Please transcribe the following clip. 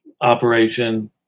operation